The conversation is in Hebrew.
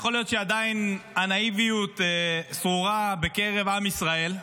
יכול להיות שעדיין הנאיביות שורה בקרב עם ישראל,